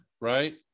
right